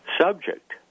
subject